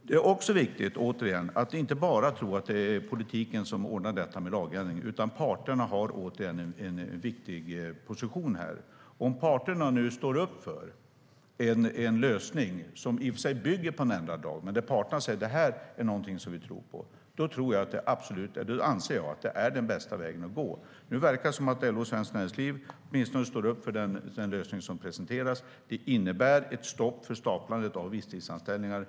Det är också viktigt, återigen, att inte tro att det bara är politiken som ordnar detta genom en lagändring. Parterna har en viktig position i detta sammanhang. Om parterna nu står upp för en lösning, som i och för sig bygger på en ändrad lag där parterna säger att det är någonting som de tror på, då anser jag att det är den bästa vägen att gå. Nu verkar det som om LO och Svenskt Näringsliv åtminstone står upp för den lösning som presenteras. Det innebär ett stopp för staplandet av visstidsanställningar.